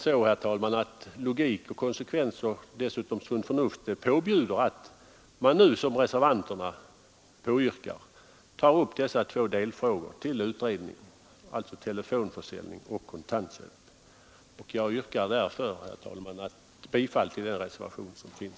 Såväl logik som konsekvens och sunt förnuft påbjuder sålunda att de två delfrågorna telefonförsäljning och kontantköp utreds, och det har också reservanterna yrkat. Herr talman! Jag yrkar bifall till reservationen.